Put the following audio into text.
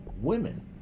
women